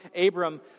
Abram